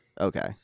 Okay